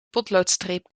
potloodstreep